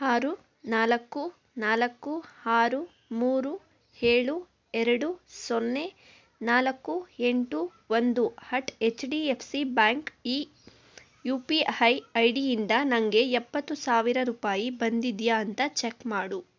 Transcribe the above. ಆರು ನಾಲ್ಕು ನಾಲ್ಕು ಆರು ಮೂರು ಏಳು ಎರಡು ಸೊನ್ನೆ ನಾಲ್ಕು ಎಂಟು ಒಂದು ಹಟ್ H D F C bank ಈ ಯು ಪಿ ಹೈ ಐ ಡಿಯಿಂದ ನನಗೆ ಎಪ್ಪತ್ತು ಸಾವಿರ ರೂಪಾಯಿ ಬಂದಿದೆಯಾ ಅಂತ ಚೆಕ್ ಮಾಡು